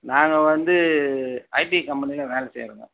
நாங்கள் வந்து ஐடி கம்பெனியில வேலை செய்யிரோங்க